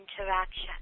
Interaction